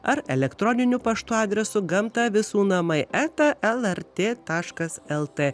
ar elektroniniu paštu adresu gamta visų namai eta lrt taškas lt